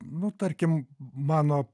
nu tarkim mano